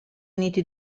uniti